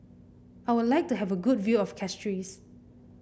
I would like to have a good view of Castries